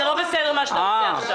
זה לא בסדר מה שאתה עושה עכשיו.